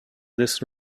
this